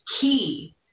key